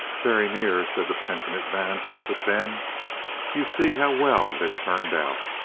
very near, said the penitent vance. but then you see how well it has turned out?